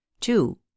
two